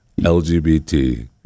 LGBT